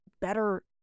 better